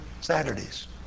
Saturdays